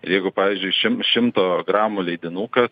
jeigu pavyzdžiui šim šimto gramų leidinuką